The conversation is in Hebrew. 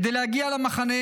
כדי להגיע למחנה